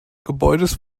gebäudes